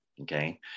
Okay